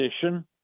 position